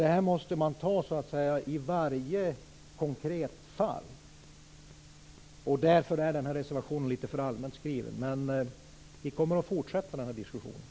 Det här måste man avgöra i varje konkret fall, och därför är reservationen litet för allmänt skriven. Men vi kommer att fortsätta den här diskussionen.